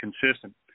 consistent